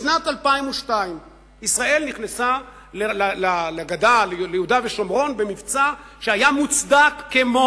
משנת 2002. ישראל נכנסה ליהודה ושומרון במבצע שהיה מוצדק כמו